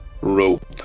rope